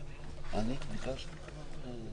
סגירה